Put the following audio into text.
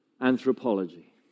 anthropology